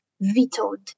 vetoed